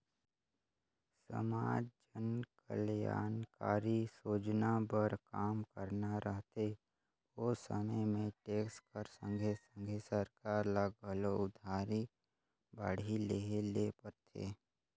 समाज जनकलयानकारी सोजना बर काम करना रहथे ओ समे में टेक्स कर संघे संघे सरकार ल घलो उधारी बाड़ही लेहे ले परथे